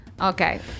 Okay